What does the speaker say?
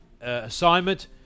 assignment